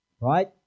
right